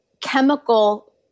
chemical